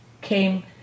came